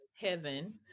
heaven